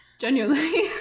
Genuinely